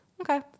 Okay